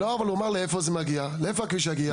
לא, אבל הוא אמר לאיפה זה יגיע, לאיפה הכביש יגיע?